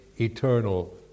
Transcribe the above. eternal